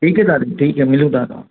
ठीकु आहे दादी ठीकु आहे मिलूं तव्हांखां